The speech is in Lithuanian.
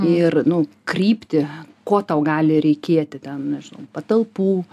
ir nu kryptį ko tau gali reikėti ten nežinau patalpų